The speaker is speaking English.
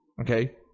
okay